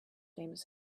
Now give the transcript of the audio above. famous